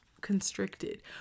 constricted